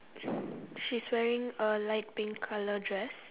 she's wearing a light pink colour dress